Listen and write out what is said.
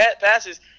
passes